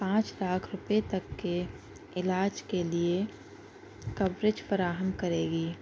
پانچ لاکھ روپے تک کے علاج کے لیے کوریج فراہم کرے گی